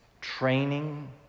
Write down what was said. training